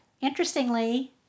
interestingly